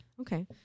Okay